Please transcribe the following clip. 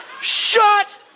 Shut